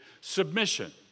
submission